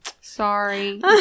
Sorry